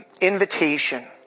invitation